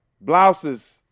Blouses